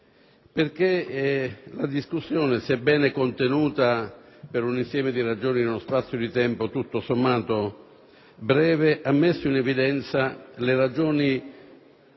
perché la discussione, sebbene contenuta per un insieme di ragioni in uno spazio di tempo tutto sommato breve, ha messo in evidenza le ragioni